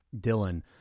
Dylan